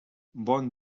bon